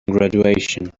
graduation